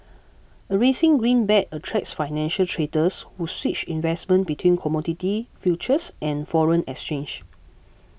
a rising greenback attracts financial traders who switch investments between commodity futures and foreign exchange